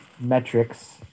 metrics